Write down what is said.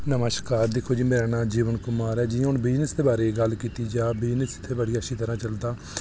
नमस्कार दिक्खो जी मेरा नांऽ जीवन कुमार ऐ जि'यां हून बिजनेस दे बारे च गल्ल कीती जा ते बिजनेस इत्थै बड़ी अच्छी तरह चलदा